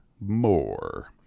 more